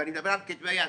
ואני מדבר על כתבי יד,